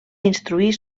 instruir